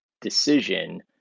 decision